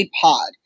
Pod